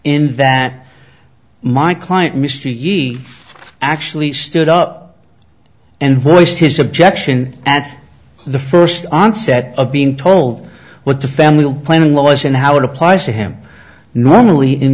in that my client mr ye actually stood up and voiced his objection at the first onset of being told what the family will plan unless and how it applies to him normally in